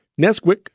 Nesquik